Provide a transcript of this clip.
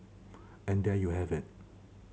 and there you have it